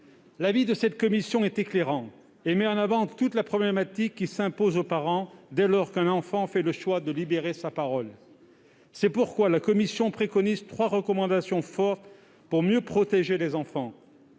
mères en lutte. Cet avis est éclairant : il met en avant toute la problématique qui s'impose aux parents dès lors qu'un enfant fait le choix de libérer sa parole. C'est pourquoi la Ciivise a formulé trois recommandations fortes pour mieux protéger les enfants.